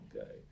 okay